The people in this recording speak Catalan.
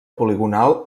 poligonal